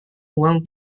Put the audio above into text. uang